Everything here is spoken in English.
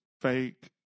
fake